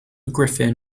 griffin